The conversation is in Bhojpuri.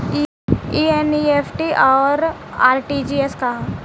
ई एन.ई.एफ.टी और आर.टी.जी.एस का ह?